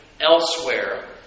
elsewhere